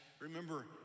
remember